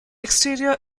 exterior